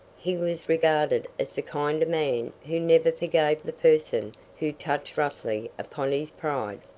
he was regarded as the kind of man who never forgave the person who touched roughly upon his pride.